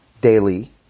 daily